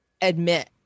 admit